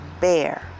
bear